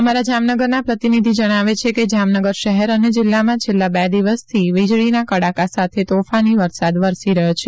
અમારા જામનગરના પ્રતિનિધિ જણાવે છે કે જામનગર શહેર અને જિલ્લામાં છેલ્લાં બે દિવસથી વીજળીના કડાકા સાથે તોફાની વરસાદ વરસી રહ્યો છે